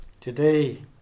Today